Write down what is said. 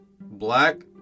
Black